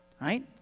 right